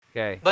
Okay